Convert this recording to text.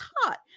hot